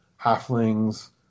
halflings